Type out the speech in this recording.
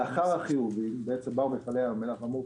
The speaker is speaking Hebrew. לאחר החיובים באו מפעלי ים המלח ואמרו: